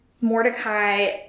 Mordecai